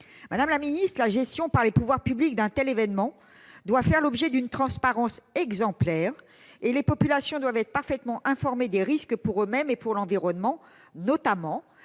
Madame la secrétaire d'État, la gestion par les pouvoirs publics d'un tel événement doit faire l'objet d'une transparence exemplaire, et la population doit être parfaitement informée des risques pour elle-même et pour l'environnement, notamment